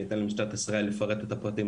אני אתן למשטרת ישראל לפרט את הפרטים,